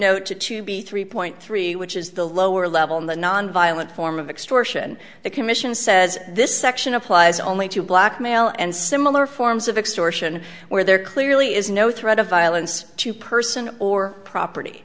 note to to be three point three which is the lower level in the nonviolent form of extortion the commission says this section applies only to blackmail and similar forms of extortion where there clearly is no threat of violence to person or property